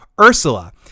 Ursula